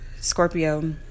Scorpio